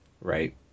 Right